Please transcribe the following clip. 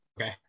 Okay